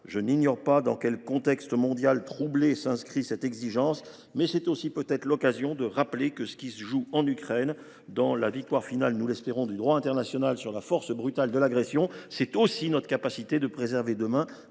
Je n’ignore pas le contexte mondial troublé dans lequel s’inscrit cette exigence, mais c’est peut être aussi l’occasion de rappeler ce qui se joue en Ukraine : en effet, dans la victoire finale, que nous espérons, du droit international sur la force brutale de l’agression, c’est aussi notre capacité de préserver demain